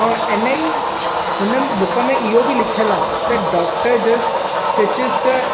ऐं इन्ही उन्हनि बुक में इहो बि लिखियल आहे त डाक्टर्स जस्ट स्टिचिज़ त